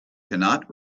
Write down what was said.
cannot